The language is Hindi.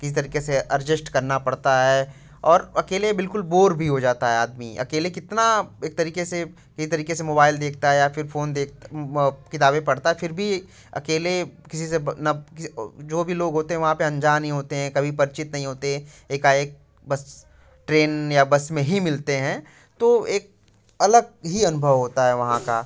किसी तरीके से अर्जेश्ट करना पड़ता है और अकेले बिल्कुल बोर भी हो जाता है आदमी अकेले कितना एक तरीके से एक तरीके से मोबाइल देखता है या फिर फ़ोन किताबें पढ़ता है फिर भी अकेले किसी से ना किसी जो भी लोग होते हैं वहाँ पे अनजान ही होते हैं कभी परिचित नहीं होते एकाएक बस ट्रेन या बस में ही मिलते हैं तो एक अलग ही अनुभव होता है वहाँ का